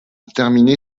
terminé